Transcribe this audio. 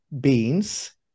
beans